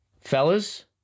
Fellas